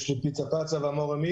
יש לי את הפיצה פצה ואת המאממיו.